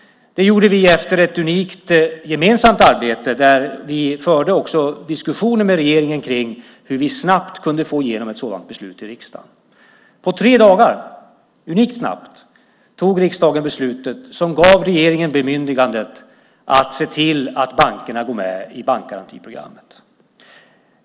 Det gjorde vi efter ett unikt gemensamt arbete, där vi också förde diskussioner med regeringen om hur vi snabbt kunde få igenom ett sådant beslut i riksdagen. På tre dagar - unikt snabbt - fattade riksdagen beslutet som gav regeringen bemyndigandet att se till att bankerna går med i bankgarantiprogrammet.